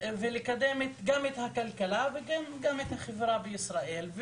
ולקדם את הכלכלה וגם את החברה בישראל.